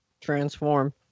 transform